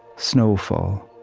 snow fall,